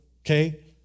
okay